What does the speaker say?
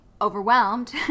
overwhelmed